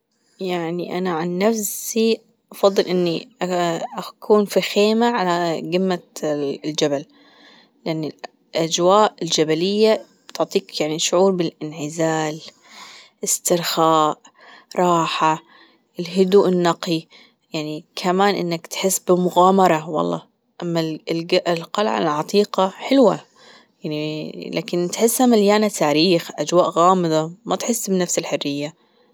يعني أنا عن نفسي افضل أني أكون في خيمة على جمة الجبل يعني أجواء الجبلية تعطيك يعني شعور بالإنعزال، إسترخاء، راحة، الهدوء النقي يعني كمان إنك تحس بمغامرة والله أما القلعة العتيقة حلوة يعني لكن تحسها مليانة تاريخ أجواء غامضة ما تحس بنفس الحرية.